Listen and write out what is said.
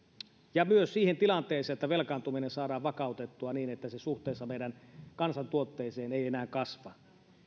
ja myös siihen tilanteeseen että velkaantuminen saadaan vakautettua niin että se suhteessa meidän kansantuotteeseen ei enää kasva